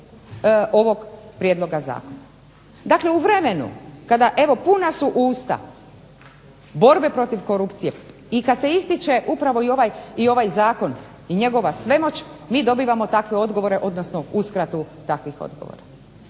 ovog prijedloga zakona. Dakle, u vremenu kada evo puna su usta borbe protiv korupcije i kad se ističe upravo i ovaj zakon i njegova svemoć mi dobivamo takve odgovore, odnosno uskratu takvih odgovora.